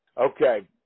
Okay